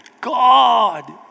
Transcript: God